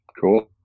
Cool